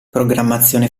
programmazione